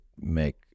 make